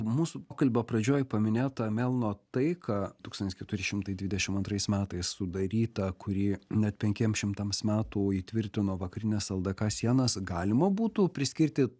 mūsų pokalbio pradžioj paminėtą melno taiką tūkstantis keturi šimtai dvidešim antrais metais sudarytą kurį net penkiems šimtams metų įtvirtino vakarines el d ka sienas galima būtų priskirti